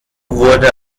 wurde